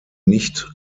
nicht